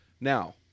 Now